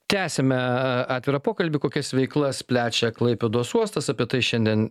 tęsiame atvirą pokalbį kokias veiklas plečia klaipėdos uostas apie tai šiandien